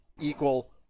equal